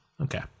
okay